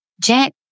Jack